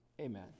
Amen